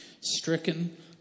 stricken